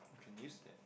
can use that